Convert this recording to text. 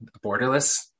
borderless